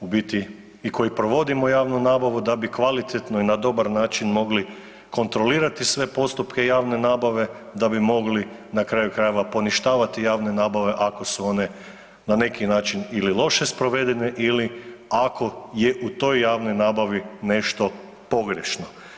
u biti i koji provodimo javnu nabavu da bi kvalitetno i na dobar način mogli konrolirati sve postupke javne nabave, da bi mogli na kraju krajeva poništavati javne nabave ako su one na neki način ili loše sprovedene ili ako je u toj javnoj nabavi nešto pogrešno.